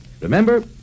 Remember